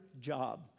job